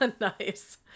Nice